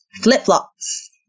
Flip-flops